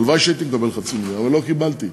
הלוואי שהייתי מקבל 50 מיליון, אבל לא קיבלתי.